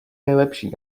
nejlepší